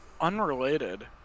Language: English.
Unrelated